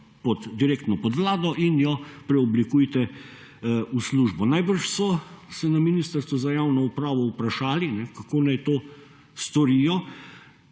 direktno pod Vlado in jo preoblikuje v službo.« Najbrž so se na Ministrstvu za javno upravo vprašali kako naj to storijo,